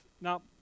now